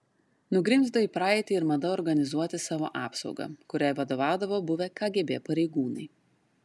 nugrimzdo į praeitį ir mada organizuoti savo apsaugą kuriai vadovaudavo buvę kgb pareigūnai